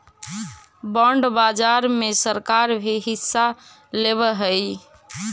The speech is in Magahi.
बॉन्ड बाजार में सरकार भी हिस्सा लेवऽ हई